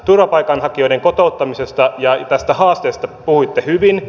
turvapaikanhakijoiden kotouttamisesta ja tästä haasteesta puhuitte hyvin